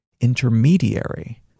intermediary